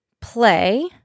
play